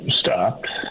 stopped